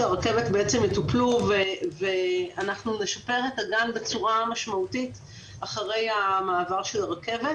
הרכבת יטופלו ואנחנו נשפר את הגן בצורה משמעותית אחרי המעבר של הרכבת,